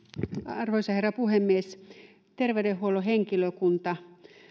arvoisa herra puhemies terveydenhuollon henkilökunta